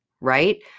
right